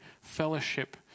fellowship